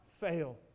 fail